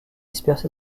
dispersés